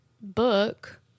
book